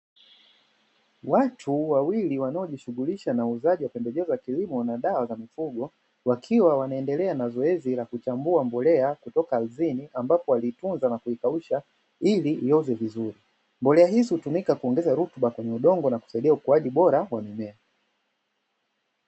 Watu wawili wanaojishughulisha na uuzaji wa pembejeo za kilimo na dawa za mifugo, wakiwa wanaendelea na zoezi la kuchambua mbolea kutoka ardhini ambapo waliitunza na kuikausha ili ioze vizuri, mbolea hizi hutumika kuongeza rutuba kwenye udongo na kusaidia ukuaji bora kwa mimea.